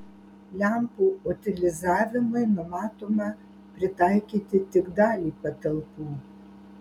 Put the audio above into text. lempų utilizavimui numatoma pritaikyti tik dalį patalpų